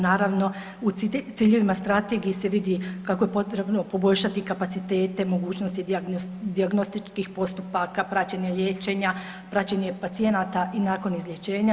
Naravno u ciljevima strategije se vidi kako je potrebno poboljšati kapacitete mogućnosti dijagnostičkih postupaka praćenja liječenja, praćenje pacijenata i nakon izlječenja.